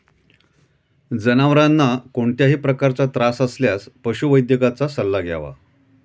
जनावरांना कोणत्याही प्रकारचा त्रास असल्यास पशुवैद्यकाचा सल्ला घ्यावा